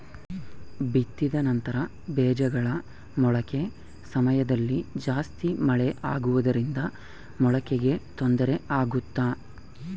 ಬಿತ್ತಿದ ನಂತರ ಬೇಜಗಳ ಮೊಳಕೆ ಸಮಯದಲ್ಲಿ ಜಾಸ್ತಿ ಮಳೆ ಆಗುವುದರಿಂದ ಮೊಳಕೆಗೆ ತೊಂದರೆ ಆಗುತ್ತಾ?